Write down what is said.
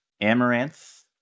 Amaranth